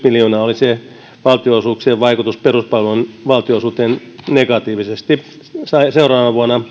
miljoonaa oli kaksituhattakaksitoista valtionosuuksien vaikutus peruspalvelun valtionosuuteen negatiivisesti seuraavana vuonna